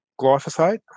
glyphosate